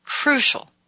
Crucial